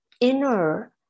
inner